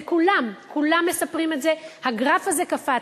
כולם, כולם מספרים את זה, הגרף הזה קפץ.